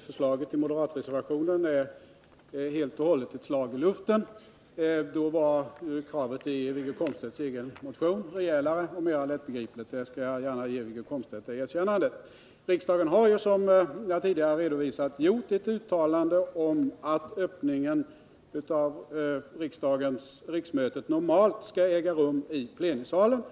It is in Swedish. förslaget i moderatreservationen helt och hållet är ett slag i luften. Då var kravet i Wiggo Komstedts egen motion rejälare och mera lättbegripligt, det erkännandet skall jag gärna ge Wiggo Komstedt. Riksdagen har, som jag tidigare redovisat, gjort ett uttalande om att öppnandet av riksmötet normalt skall äga rum i plenisalen.